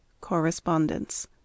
Correspondence